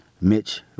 Mitch